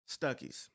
Stuckies